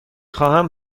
خواهم